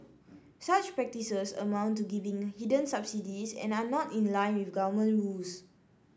such practices amount to giving hidden subsidies and are not in line with government rules